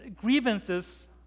grievances